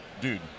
dude